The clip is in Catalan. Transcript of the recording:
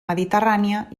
mediterrània